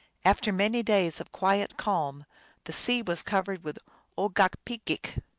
after many days of quiet calm the sea was covered with ogokpegeak,